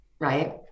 right